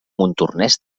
montornès